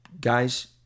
guys